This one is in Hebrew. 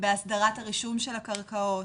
בהסדרת הרישום של הקרקעות,